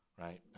right